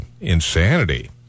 insanity